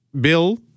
Bill